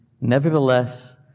Nevertheless